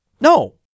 No